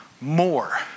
more